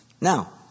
Now